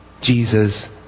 Jesus